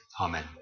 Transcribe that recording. amen